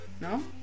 No